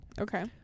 Okay